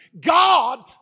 God